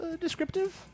descriptive